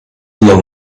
along